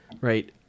right